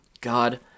God